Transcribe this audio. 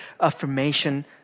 affirmation